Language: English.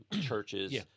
churches